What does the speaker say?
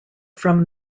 from